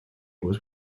was